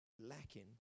lacking